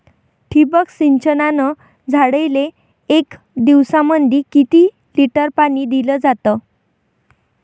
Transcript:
ठिबक सिंचनानं झाडाले एक दिवसामंदी किती लिटर पाणी दिलं जातं?